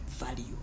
Value